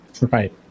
Right